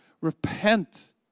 Repent